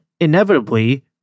inevitably